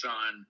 on